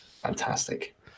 fantastic